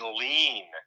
lean